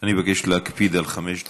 אני מבקש להקפיד על חמש דקות.